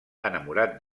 enamorat